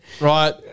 Right